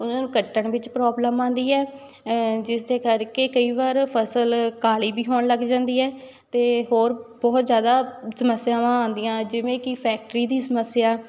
ਉਹਨਾਂ ਨੂੰ ਕੱਟਣ ਵਿੱਚ ਪ੍ਰੋਬਲਮ ਆਉਂਦੀ ਹੈ ਜਿਸਦੇ ਕਰਕੇ ਕਈ ਵਾਰ ਫਸਲ ਕਾਲੀ ਵੀ ਹੋਣ ਲੱਗ ਜਾਂਦੀ ਹੈ ਅਤੇ ਹੋਰ ਬਹੁਤ ਜ਼ਿਆਦਾ ਸਮੱਸਿਆਵਾਂ ਆਉਂਦੀਆਂ ਜਿਵੇਂ ਕਿ ਫੈਕਟਰੀ ਦੀ ਸਮੱਸਿਆ